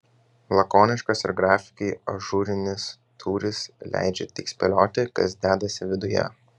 lakoniškas ir grafiškai ažūrinis tūris leidžia tik spėlioti kas dedasi viduje